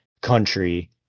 country